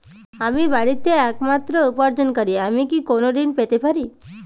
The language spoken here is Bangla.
আমি বাড়িতে একমাত্র উপার্জনকারী আমি কি কোনো ঋণ পেতে পারি?